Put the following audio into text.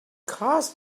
cars